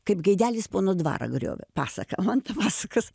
kaip gaidelis pono dvarą griovė pasaka man ta pasakas